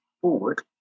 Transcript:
forward